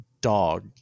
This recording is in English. dog